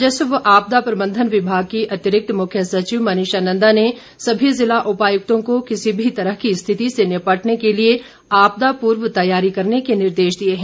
राजस्व व आपदा प्रबंधन विभाग की अतिरिक्त मुख्य सचिव मनीषा नंदा ने सभी जिला उपायुक्तों को किसी भी तरह की स्थिति से निपटने के लिए आपदा पूर्व तैयारी करने के निर्देश दिए हैं